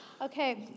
Okay